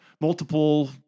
multiple